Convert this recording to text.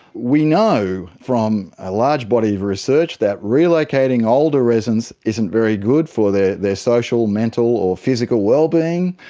we know from a large body of research that relocating older residents isn't very good for their their social, mental or physical well-being.